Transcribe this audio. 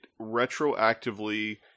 retroactively